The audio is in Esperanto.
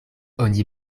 oni